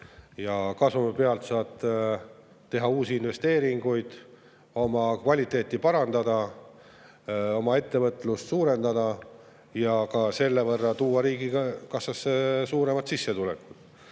Kasumiga saad teha uusi investeeringuid, [toodangu] kvaliteeti parandada, oma ettevõtlust [laiendada] ja selle võrra tuua ka riigikassasse suuremat sissetulekut.